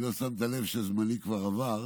כי לא שמת לב שזמני כבר עבר,